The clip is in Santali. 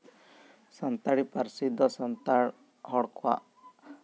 ᱥᱟᱱᱛᱟᱲᱤ ᱯᱟᱹᱨᱥᱤ ᱫᱚ ᱥᱟᱱᱛᱟᱲ ᱦᱚᱲ ᱠᱚᱣᱟᱜ